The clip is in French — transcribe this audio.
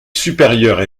supérieure